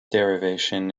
derivation